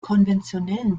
konventionellen